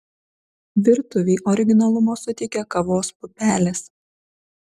virtuvei originalumo suteikia kavos pupelės